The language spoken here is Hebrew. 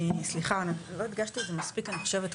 סליחה לא הדגשתי את זה מספיק אני חושבת קודם,